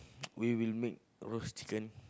we will make roast chicken